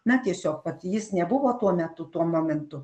na tiesiog vat jis nebuvo tuo metu tuo momentu